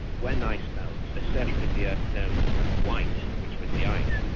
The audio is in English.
when ice melts, the surface of the earth turns from white, which was the ice,